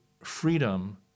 freedom